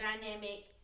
dynamic